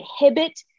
inhibit